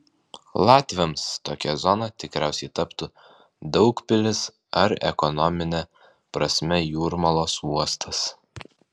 latviams tokia zona tikriausiai taptų daugpilis ar ekonomine prasme jūrmalos uostas